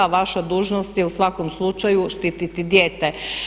Vaša dužnost je u svakom slučaju štititi dijete.